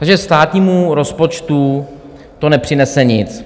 Takže státnímu rozpočtu to nepřinese nic.